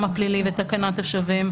המרשם הפלילי ותקנת השבים.